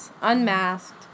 unmasked